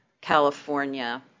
California